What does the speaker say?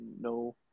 No